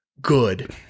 good